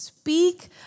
Speak